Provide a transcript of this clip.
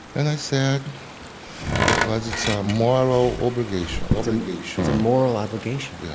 and i said because it's a moral obligation obligation it's a moral obligation? yeah,